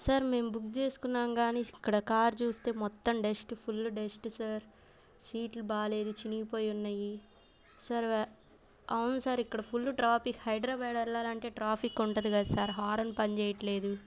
sir మేము book చేసుకున్నాం కానీ ఇక్కడ కార్ చూస్తే మొత్తం డస్ట్ ఫుల్ డస్ట్ సార్ సీట్లు బాగలేదు చినిగిపోయి ఉన్నాయి సార్ అవును సార్ ఇక్కడ ఫుల్ ట్రాఫిక్ హైద్రాబ్యాడ్ వెళ్ళాలంటే ట్రాఫిక్ ఉంటుంది కదా సార్ హార్న్ పనిచేయట్లేదు